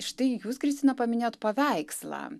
štai jūs kristina paminėjot paveikslą